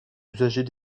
usagers